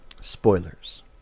spoilers